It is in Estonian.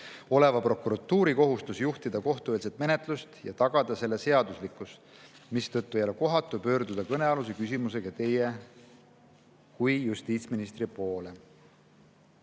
oleva prokuratuuri kohustus juhtida kohtueelset menetlust ja tagada selle seaduslikkus, mistõttu ei ole kohatu pöörduda kõnealuse küsimusega Teie kui justiitsministri poole."Aitäh